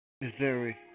Missouri